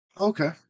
Okay